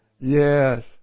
Yes